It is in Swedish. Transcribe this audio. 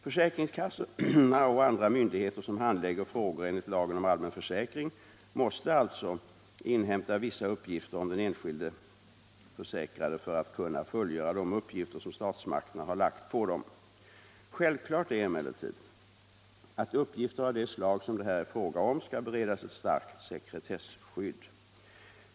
Försäkringskassorna och andra myndigheter som handlägger frågor enligt lagen om allmän försäkring måste alltså inhämta vissa uppgifter om enskilda försäkrade för att kunna fullgöra de uppgifter som statsmakterna har lagt på dem. Självklart är emellertid att uppgifter av det slag som det här är fråga om skall beredas ett starkt sekretesskydd.